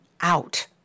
out